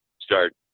start